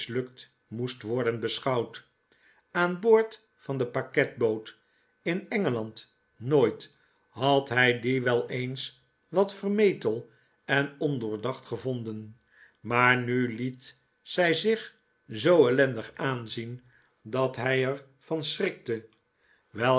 moest worden beschouwd aan boord van de paketboot in engeland nooit had hij die wel eens wat vermetel en ondoordacht gevo nden maar nu liet zij zich zoo ellendig aanzien dat hij er van schrikte